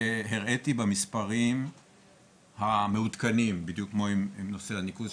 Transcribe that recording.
הראיתי במספרים המעודכנים בדיוק כמו עם נושא הניקוז,